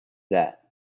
that